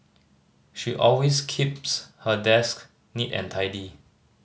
she always keeps her desk neat and tidy